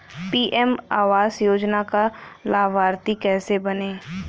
PM आवास योजना का लाभर्ती कैसे बनें?